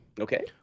Okay